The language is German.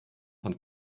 von